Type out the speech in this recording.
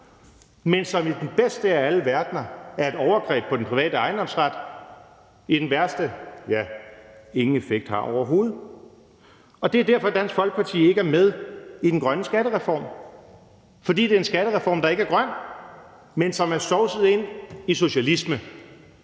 men som i den bedste af alle verdener er et overgreb på den private ejendomsret og i den værste af alle verdener overhovedet ingen effekt har. Det er derfor, Dansk Folkeparti ikke er med i den grønne skattereform. Det er nemlig en skattereform, der ikke er grøn, men som er sovset ind i socialisme.